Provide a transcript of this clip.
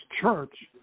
Church